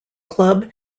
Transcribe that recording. club